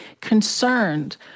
concerned